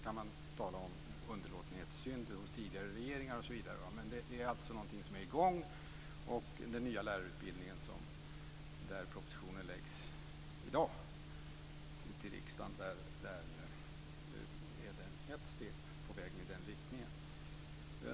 Man kan tala om underlåtenhetssynder hos tidigare regeringar, osv., men det är någonting som är i gång. Propositionen om den nya lärarutbildningen läggs fram i dag inför riksdagen. Det är ett steg på väg i den riktningen.